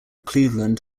cleveland